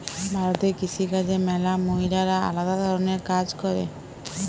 ভারতে কৃষি কাজে ম্যালা মহিলারা আলদা ধরণের কাজ করে